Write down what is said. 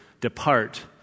depart